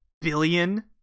billion